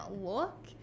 look